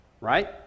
right